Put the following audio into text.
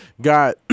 got